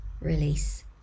release